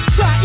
Try